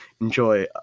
enjoy